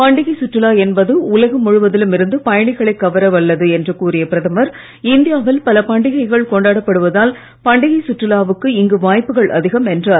பண்டிகை சுற்றுலா என்பது உலகம் முழுவதிலும் இருந்து பயணிகளைக் கவர வல்லது என்று கூறிய பிரதமர் இந்தியாவில் பல பண்டிகைகள் கொண்டாடப்படுவதால் பண்டிகை சுற்றுலாவுக்கு இங்கு வாய்ப்புக்கள் அதிகம் என்றார்